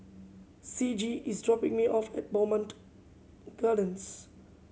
Ciji is dropping me off at Bowmont Gardens